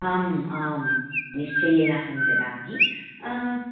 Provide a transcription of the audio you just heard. आम् आं निश्चयेन अहं ददामि